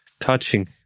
touching